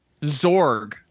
Zorg